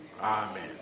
Amen